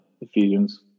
Ephesians